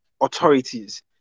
authorities